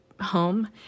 home